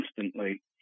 instantly